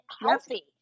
healthy